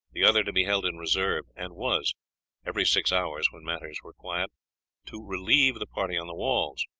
the other to be held in reserve, and was every six hours when matters were quiet to relieve the party on the walls,